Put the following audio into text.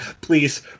please